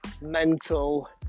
mental